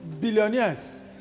billionaires